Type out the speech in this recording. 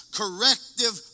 corrective